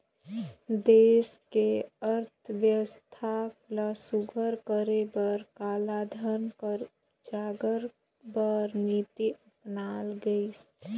देस के अर्थबेवस्था ल सुग्घर करे बर कालाधन कर उजागेर बर नीति अपनाल गइस